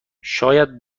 شاید